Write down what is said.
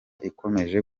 ikomeje